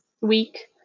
week